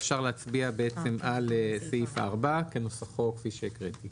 אפשר להצביע על סעיף 4 כנוסחו כפי שהקראתי.